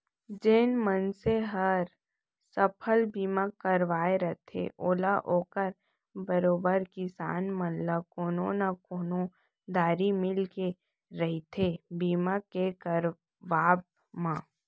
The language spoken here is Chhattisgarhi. जेन मनसे हर फसल बीमा करवाय रथे ओला ओकर बरोबर किसान मन ल कोनो न कोनो दरी मिलके रहिथे बीमा के करवाब म